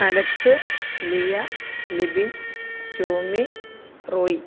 Alex Liya Libin ടോമിക്ക് റോയി